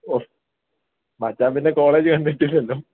ഓഹ് മച്ചാൻ പിന്നെ കോളേജ് കണ്ടിട്ടില്ലല്ലോ